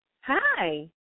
Hi